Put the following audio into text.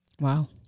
Wow